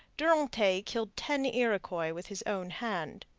durantaye killed ten iroquois with his own hand.